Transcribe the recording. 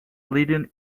leading